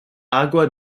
agua